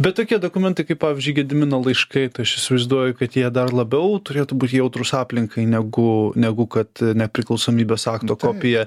bet tokie dokumentai kaip pavyzdžiui gedimino laiškai tai aš įsivaizduoju kad jie dar labiau turėtų būt jautrūs aplinkai negu negu kad nepriklausomybės akto kopija